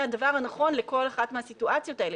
הדבר הנכון לכל אחת מהסיטואציות האלה.